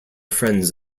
friends